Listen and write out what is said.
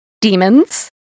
Demons